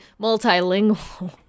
multilingual